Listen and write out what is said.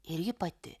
ir ji pati